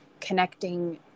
connecting